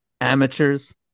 Amateurs